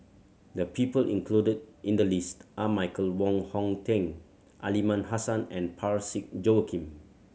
the people included in the list are Michael Wong Hong Teng Aliman Hassan and Parsick Joaquim